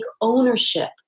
ownership